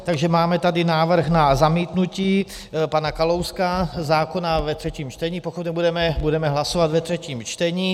Takže máme tady návrh na zamítnutí pana Kalouska zákona ve třetím čtení, pokud budeme hlasovat ve třetím čtení.